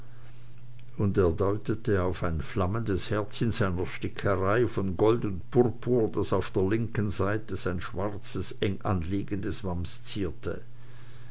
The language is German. und er deutete auf ein flammendes herz in seiner sticker von gold und purpur das auf der linken seite sein schwarze enganschließendes wams zierte